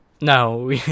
No